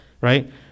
Right